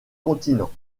continents